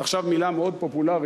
זו עכשיו מלה מאוד פופולרית,